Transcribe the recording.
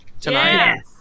tonight